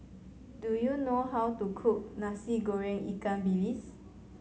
do you know how to cook Nasi Goreng ikan bilis